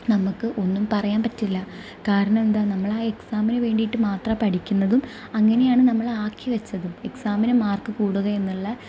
നമുക്ക് ഒന്നും പറയാൻ പറ്റില്ല കാരണം എന്താണ് നമ്മൾ ആ എക്സാമിന് വേണ്ടിയിട്ട് മാത്രം ആണ് പഠിക്കുന്നതും അങ്ങനെയാണ് നമ്മൾ ആക്കി വെച്ചതും എക്സാമിന് മാർക്ക് കൂടുക എന്നുള്ള